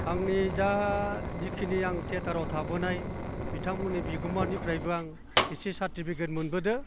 आंनि जा जिखिनि आं थियाटाराव थाबोनाय बिथांमोननि बिगुमानिफ्रायबो आं एसे सारटिफिकेट मोनबोदों